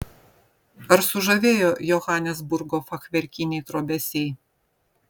ar sužavėjo johanesburgo fachverkiniai trobesiai